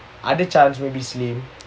ada chance will be slim